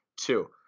Two